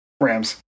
Rams